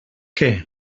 què